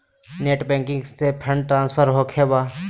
Net banking से fund transfer होखें बा?